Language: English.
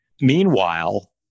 Meanwhile